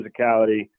physicality